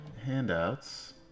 handouts